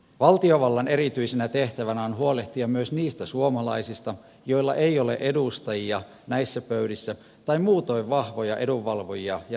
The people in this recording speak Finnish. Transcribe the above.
valtiovallan erityisenä tehtävänä on huolehtia myös niistä suomalaisista joilla ei ole edustajia näissä pöydissä tai muutoin vahvoja edunvalvojia ja rahan valtaa